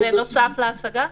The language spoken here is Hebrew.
בנוסף להשגה?